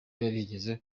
yarigeze